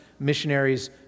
missionaries